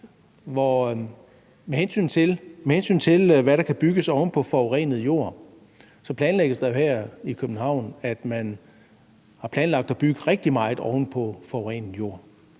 jord. Med hensyn til hvad der kan bygges oven på forurenet jord, vil jeg pointere, at man jo har planlagt at bygge rigtig meget oven på forurenet jord.